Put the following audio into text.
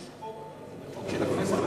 יש חוק של הכנסת,